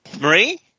Marie